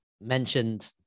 mentioned